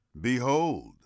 Behold